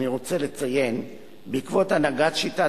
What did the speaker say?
אני רוצה לציין כי בעקבות הנהגת שיטת